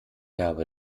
habe